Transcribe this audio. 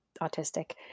autistic